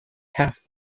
half